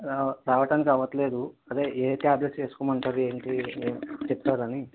రావడానికి అవ్వట్లేదు అదే ఏ టాబ్లెట్స్ వేసుకోమంటారు ఏంటి అని చెప్తారని